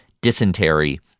dysentery